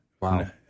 Wow